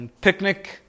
Picnic